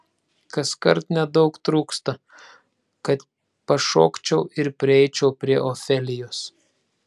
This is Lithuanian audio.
kaskart nedaug trūksta kad pašokčiau ir prieičiau prie ofelijos